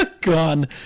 gone